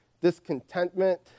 discontentment